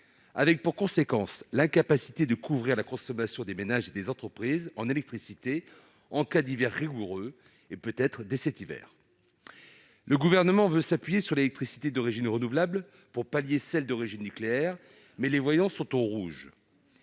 avec comme conséquence l'incapacité de couvrir la consommation des ménages et des entreprises en électricité en cas d'hiver rigoureux, et ce peut-être dès cet hiver. Le Gouvernement veut s'appuyer sur l'électricité d'origine renouvelable pour pallier la réduction de la production d'électricité d'origine nucléaire, mais les voyants sont au rouge